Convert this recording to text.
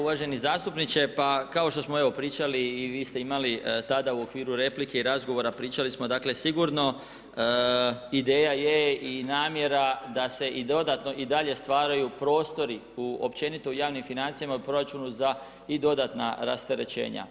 Uvaženi zastupniče pa kao što smo evo pričali i vi ste imali tada u okviru replike i razgovora, pričali smo, dakle sigurno ideja je i namjera da se i dodatno i dalje stvaraju prostori općenito u javnim financijama i u proračunu za i dodatna rasterećenja.